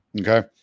okay